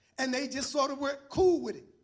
and they just sort of were cool with it.